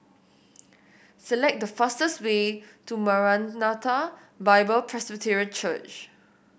select the fastest way to Maranatha Bible Presby Church